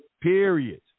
Period